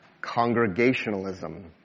congregationalism